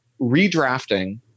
redrafting